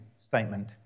statement